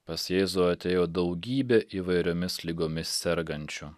pas jėzų atėjo daugybė įvairiomis ligomis sergančių